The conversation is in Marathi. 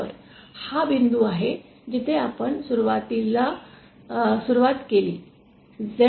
तर हा बिंदू आहे जिथे आपण सुरुवातीला सुरुवात केली z